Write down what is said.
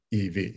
ev